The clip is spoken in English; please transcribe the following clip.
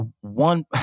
one